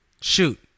shoot